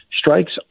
Strikes